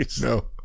no